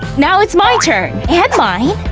now it's my turn, and mine,